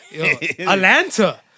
Atlanta